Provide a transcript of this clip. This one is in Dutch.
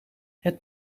het